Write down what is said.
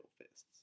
fists